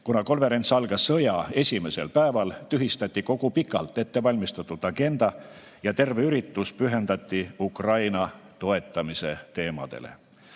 Kuna konverents algas sõja esimesel päeval, tühistati kogu pikalt ettevalmistatud agenda ja terve üritus pühendati Ukraina toetamise teemadele.